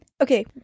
okay